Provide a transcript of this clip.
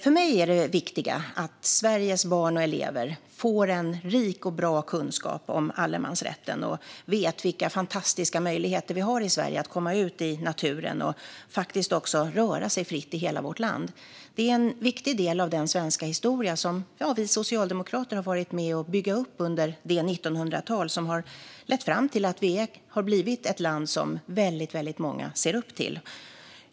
För mig är det viktiga att Sveriges barn och elever får en rik och bra kunskap om allemansrätten, att de vet vilka fantastiska möjligheter vi har i Sverige att komma ut i naturen och röra oss fritt i hela vårt land. Det är en viktig del av den svenska historia som vi socialdemokrater har varit med och byggt upp under 1900-talet och som har lett fram till att Sverige har blivit ett land som väldigt många ser upp till.